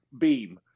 beam